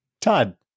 Todd